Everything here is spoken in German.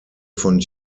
von